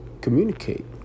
communicate